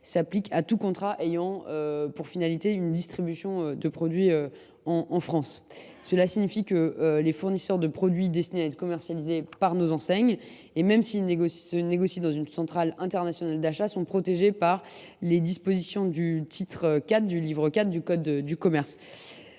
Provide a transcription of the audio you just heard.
s’applique à tout contrat ayant pour finalité une distribution de produits en France. En d’autres termes, les fournisseurs de produits destinés à être commercialisés par nos enseignes, même si ces derniers se négocient dans une centrale d’achat internationale, sont protégés par les dispositions du chapitre IV du titre IV du code de commerce.